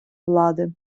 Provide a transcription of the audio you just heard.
влади